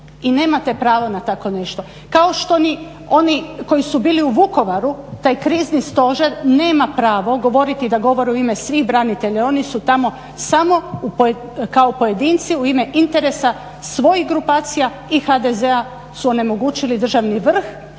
i nemate pravo na tako nešto. Kao što ni oni koji su bili u Vukovaru, taj krizni stožer, nema pravo govoriti da govore u ime svih branitelja jer oni su tamo samo kao pojedinci u ime interesa svojih grupacija i HDZ-a su onemogućili državni vrh